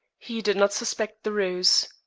he did not suspect the ruse.